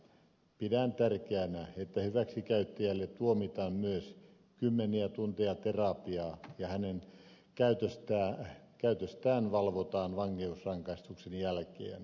pidän tärkeänä että hyväksikäyttäjälle tuomitaan myös kymmeniä tunteja terapiaa ja hänen käytöstään valvotaan vankeusrangaistuksen jälkeen